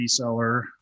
reseller